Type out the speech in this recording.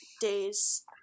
days